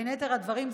בין היתר הדברים,